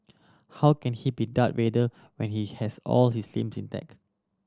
how can he be Darth Vader when he has all his limbs intact